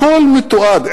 הכול מתועד.